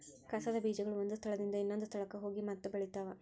ಕಸದ ಬೇಜಗಳು ಒಂದ ಸ್ಥಳದಿಂದ ಇನ್ನೊಂದ ಸ್ಥಳಕ್ಕ ಹೋಗಿ ಮತ್ತ ಬೆಳಿತಾವ